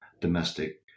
domestic